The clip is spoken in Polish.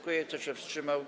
Kto się wstrzymał?